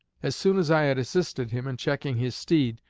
as soon as i had assisted him in checking his steed,